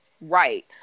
Right